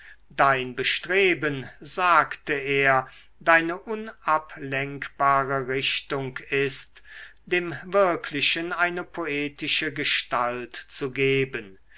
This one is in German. dein bestreben sagte er deine unablenkbare richtung ist dem wirklichen eine poetische gestalt zu geben